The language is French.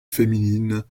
féminine